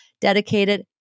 dedicated